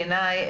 בעיניי,